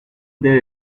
their